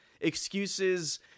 Excuses